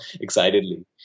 excitedly